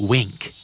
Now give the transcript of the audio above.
Wink